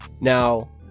Now